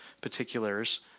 particulars